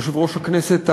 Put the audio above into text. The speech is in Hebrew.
יושב-ראש הכנסת הקודמת,